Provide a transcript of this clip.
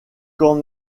quand